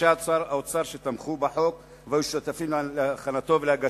לאנשי האוצר שתמכו בחוק והיו שותפים להכנתו ולהגשתו.